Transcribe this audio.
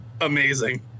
Amazing